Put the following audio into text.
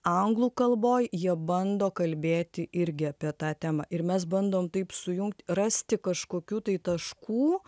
anglų kalboj jie bando kalbėti irgi apie tą temą ir mes bandom taip sujungt rasti kažkokių tai taškų